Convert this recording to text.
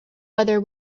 whether